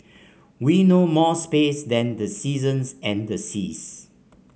we know more space than the seasons and the seas